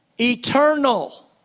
eternal